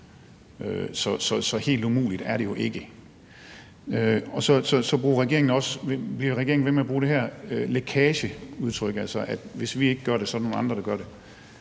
Så helt umuligt er det jo ikke. Så bliver regeringen ved med at bruge det her med lækage, nemlig at hvis vi ikke gør det, er der nogle andre, der gør det,